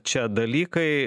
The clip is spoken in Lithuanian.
čia dalykai